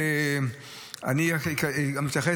אני אתייחס,